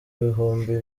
bihumbi